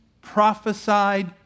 prophesied